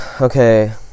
okay